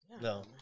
No